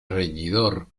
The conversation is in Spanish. reñidor